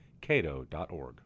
cato.org